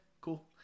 cool